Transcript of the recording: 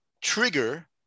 trigger